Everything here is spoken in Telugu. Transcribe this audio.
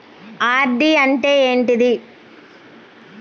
ఆర్.డి అంటే ఏంటిది?